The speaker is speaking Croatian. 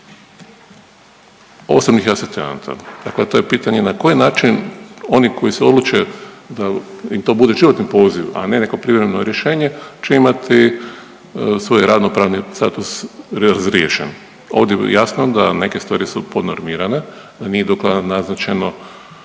osobnih asistenata, dakle to je pitanje na koji način oni koji se odluče da im to bude životni poziv, a neko privremeno rješenje će imati svoj radno pravni status razriješen. Ovdje je jasno da neke stvari su podnormirane, da nije do kraja naznačeno